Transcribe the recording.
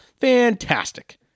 fantastic